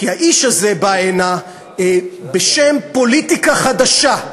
כי האיש הזה בא הנה בשם פוליטיקה חדשה,